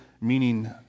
meaning